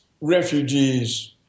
refugees